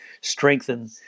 strengthen